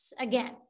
again